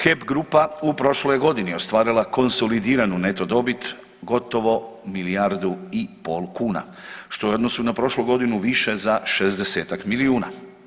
HEP grupa u prošloj je godini ostvarila konsolidiranu neto dobit gotovo milijardu i pol kuna što je u odnosu na prošlu godinu više za 60-tak milijuna.